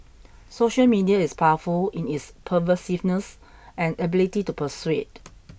social media is powerful in its pervasiveness and ability to persuade